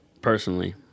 personally